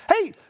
Hey